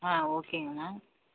ஆ ஓகேங்கம்மா